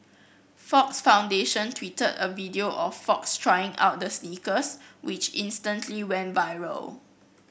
Fox Foundation tweeted a video of Fox trying out the sneakers which instantly went viral